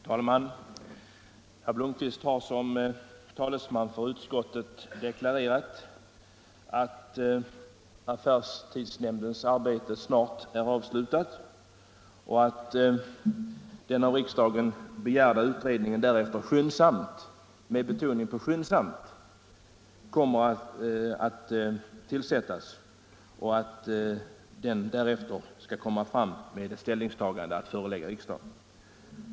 Herr talman! Herr Blomkvist har som talesman för utskottet deklarerat att affärstidsnämndens arbete snart är avslutat och att den av riksdagen begärda utredningen därefter skyndsamt, med betoning på skyndsamt, kommer att tillsättas och att den skall komma med ett ställningstagande att föreläggas riksdagen.